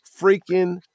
freaking